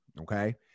okay